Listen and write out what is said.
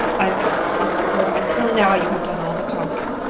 i must speak, for until now you have done all the talking.